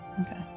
Okay